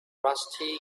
rusty